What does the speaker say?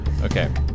Okay